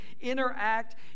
interact